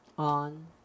on